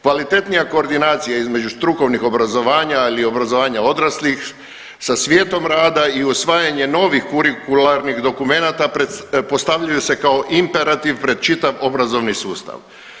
Kvalitetnija koordinacija između strukovnih obrazovanja ili obrazovanja odraslih sa svijetom rada i usvajanje novih kurikularnih dokumenata postavljaju se kao imperativ pred čitav obrazovni sustav.